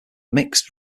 mixed